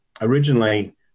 originally